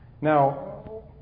Now